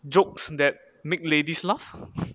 jokes that make ladies laugh